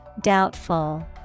Doubtful